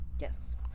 yes